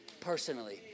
personally